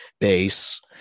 base